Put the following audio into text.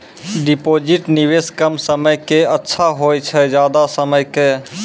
Deposit निवेश कम समय के के अच्छा होय छै ज्यादा समय के?